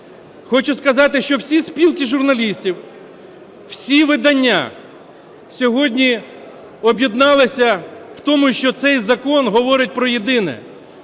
Хочу сказати, що всі спілки журналістів, всі видання сьогодні об'єдналися в тому, що цей закон говорить про єдине